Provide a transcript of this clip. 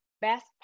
best